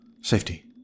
Safety